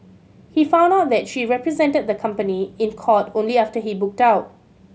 he found out that she represented the company in court only after he booked out